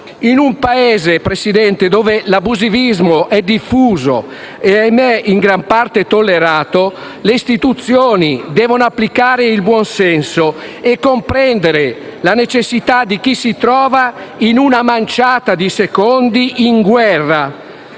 In un Paese dove l'abusivismo è diffuso e - ahimè - in gran parte tollerato, le istituzioni devono applicare il buon senso e comprendere la necessità di chi si trova in una manciata di secondi in guerra,